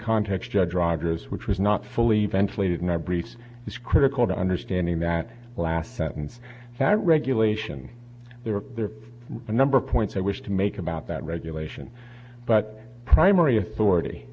context judge rogers which was not fully ventilated and i briefs is critical to understanding that last sentence that regulation there are number of points i wish to make about that regulation but primary authority